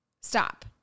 stop